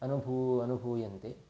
अनुभूयन्ते अनुभूयन्ते